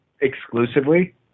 exclusively